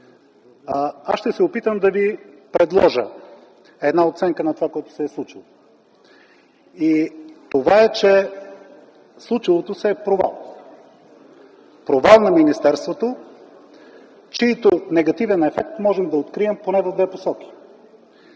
Ще се опитам да Ви предложа една оценка на това, което се е случило. Това е, че случилото се е провал. Провал на министерството, чийто негативен ефект можем да открием поне в две посоки.